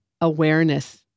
awareness